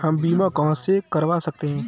हम बीमा कहां से करवा सकते हैं?